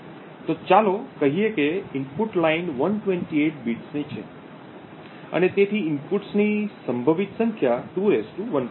તો ચાલો કહીએ કે ઇનપુટ લાઇન 128 બિટ્સની છે અને તેથી ઇનપુટ્સની સંભવિત સંખ્યા 2 128 છે